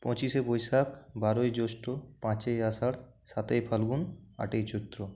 পঁচিশে বৈশাখ বারোই জ্যৈষ্ঠ পাঁচই আষাঢ় সাতই ফাল্গুন আটই চৈত্র